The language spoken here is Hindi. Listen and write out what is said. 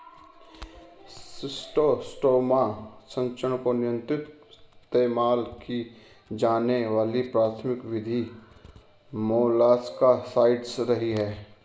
शिस्टोस्टोमा संचरण को नियंत्रित इस्तेमाल की जाने वाली प्राथमिक विधि मोलस्कसाइड्स रही है